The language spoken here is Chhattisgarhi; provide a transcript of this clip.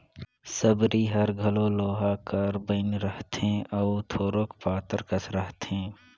सबरी हर घलो लोहा कर बइन रहथे अउ थोरोक पातर कस रहथे